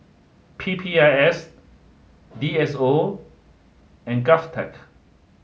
P P I S D S O and GOVTECH